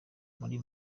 muri